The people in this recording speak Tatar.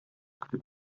көтеп